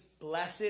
blessed